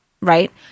right